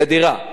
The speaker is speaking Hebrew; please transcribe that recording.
לדירה.